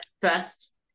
first